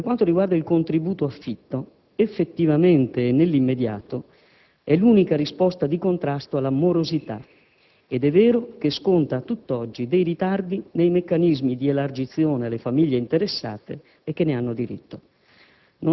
Per quanto riguarda il contributo affitto, effettivamente, e nell'immediato, è l'unica risposta di contrasto alla morosità ed è vero che sconta a tutt'oggi dei ritardi nei meccanismi di elargizione alle famiglie interessate e che ne hanno diritto.